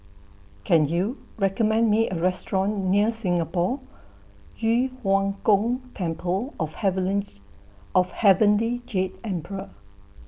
Can YOU recommend Me A Restaurant near Singapore Yu Huang Gong Temple of Heavenly of Heavenly Jade Emperor